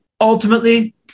Ultimately